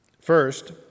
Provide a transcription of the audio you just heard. First